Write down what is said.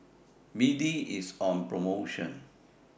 B D IS on promotion